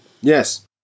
Yes